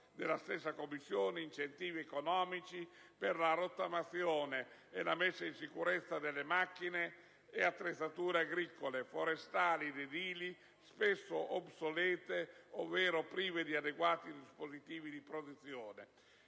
della stessa Commissione, incentivi economici per la rottamazione e la messa in sicurezza delle macchine ed attrezzature agricole, forestali ed edili, spesso obsolete ovvero prive di adeguati dispositivi di protezione,